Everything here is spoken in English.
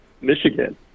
Michigan